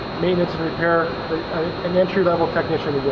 maintenance repair an entry-level technician would.